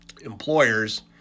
employers